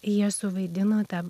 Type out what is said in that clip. jie suvaidino tą